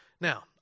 Now